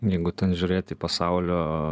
jeigu ten žiūrėt į pasaulio